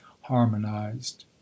harmonized